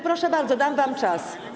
Proszę bardzo, dam wam czas.